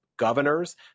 Governors